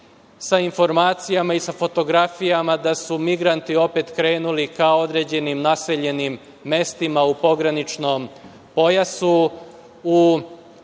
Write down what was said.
sa informacijama i sa fotografijama da su migranti opet krenuli ka određenim naseljenim mestima u pograničnom pojasu